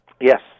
Yes